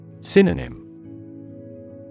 Synonym